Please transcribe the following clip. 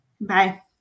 Bye